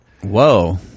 Whoa